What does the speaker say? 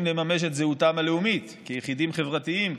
לממש את זהותם הלאומית כיחידים חברתיים,